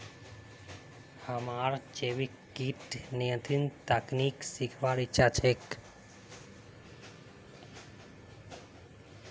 हमाक जैविक कीट नियंत्रण तकनीक सीखवार इच्छा छ